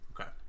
Okay